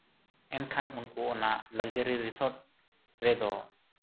ᱮᱱᱠᱷᱟᱱ ᱩᱱᱠᱩ ᱚᱱᱟ ᱞᱟᱠᱡᱟᱨᱤ ᱨᱮᱥᱚᱨᱴ ᱨᱮᱫᱚ